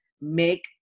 make